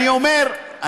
אני אומר,